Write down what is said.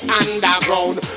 underground